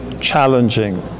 challenging